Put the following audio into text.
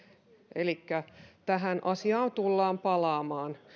elikkä tähän asiaan tullaan palaamaan